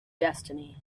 destiny